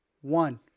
one